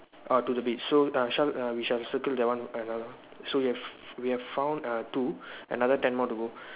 uh to the beach so err shall err we shall circle that one another one so we have we have found uh two another ten more to go